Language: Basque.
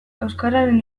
euskararen